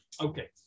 Okay